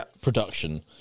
production